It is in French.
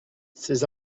ces